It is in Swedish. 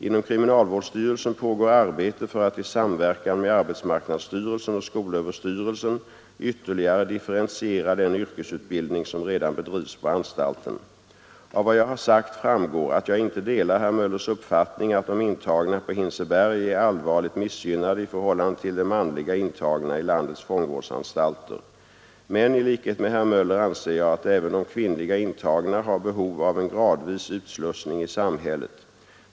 Inom kriminalvårdsstyrelsen pågår arbete för att i samverkan med arbetsmarknadsstyrelsen och skolöverstyrelsen ytterligare differentiera den yrkesutbildning som redan bedrivs på anstalten. Av vad jag har sagt framgår att jag inte delar herr Möllers uppfattning att de intagna på Hinseberg är allvarligt missgynnade i förhållande till de manliga intagna i landets fångvårdsanstalter. Men i likhet med herr Möller anser jag att även de kvinnliga intagna har behov av en gradvis utslussning i samhället.